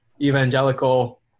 evangelical